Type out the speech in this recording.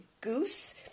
goose